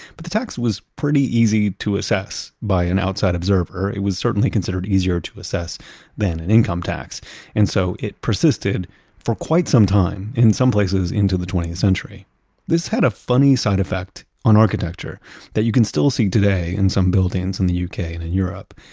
but the tax was pretty easy to assess by an outside observer. it was certainly considered easier to assess than an income tax and so it persisted for quite some time, in some places, into the twentieth century this had a funny side effect on architecture that you can still see today in some buildings in the uk and europe.